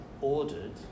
ordered